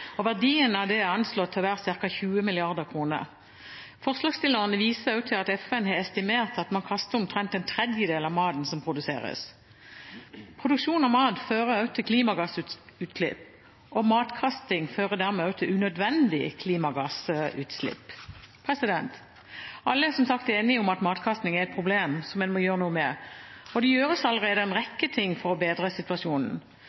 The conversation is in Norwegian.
og verdien av dette er anslått å være 20 mrd. kr. Forslagsstillerne viser også til at FN har estimert at man kaster omtrent en tredjedel av maten som produseres. Produksjon av mat fører også til klimagassutslipp, og matkasting fører dermed også til unødvendige klimagassutslipp. Alle er som sagt enige om at matkasting er et problem som en må gjøre noe med, og det gjøres allerede en